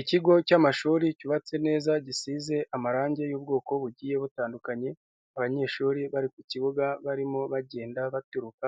Ikigo cy'amashuri cyubatse neza gisize amarangi y'ubwoko bugiye butandukanye, abanyeshuri bari ku kibuga barimo bagenda baturuka